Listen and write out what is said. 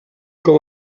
com